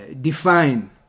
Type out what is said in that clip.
define